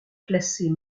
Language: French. classées